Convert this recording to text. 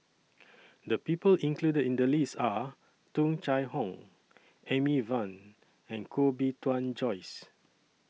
The People included in The list Are Tung Chye Hong Amy Van and Koh Bee Tuan Joyce